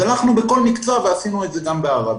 אז בכל מקצוע עשינו את זה גם בערבית.